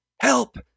Help